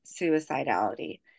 suicidality